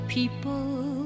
People